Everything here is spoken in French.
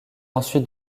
ensuite